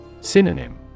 Synonym